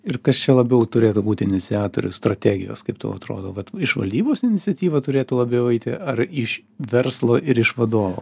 ir kas čia labiau turėtų būti iniciatorius strategijos kaip tau atrodo vat iš valdybos iniciatyva turėtų labiau eiti ar iš verslo ir iš vadovo